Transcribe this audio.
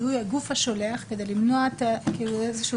שזה זיהוי הגוף השולח כדי למנוע איזה שהוא